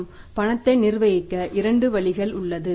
மற்றும் பணத்தை நிர்வகிக்க இரண்டு வழிகள் உள்ளது